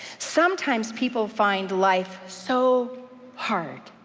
sometimes people find life so hard,